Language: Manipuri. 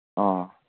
ꯑꯣ